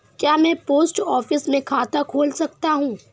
क्या मैं post office में खाता खोल सकता हूँ?